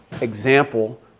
example